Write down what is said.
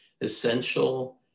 essential